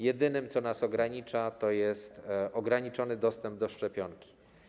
Jedyne, co nas ogranicza, to ograniczony dostęp do szczepionki.